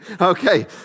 Okay